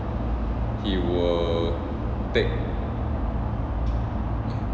he will take